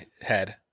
head